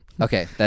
Okay